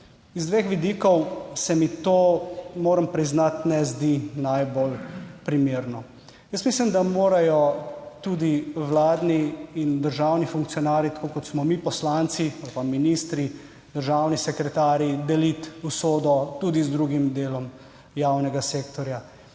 z dveh vidikov se mi to, moram priznati, ne zdi najbolj primerno. Jaz mislim, da morajo tudi vladni in državni funkcionarji, tako kot mi poslanci ali pa ministri, državni sekretarji, deliti usodo tudi z drugim delom javnega sektorja.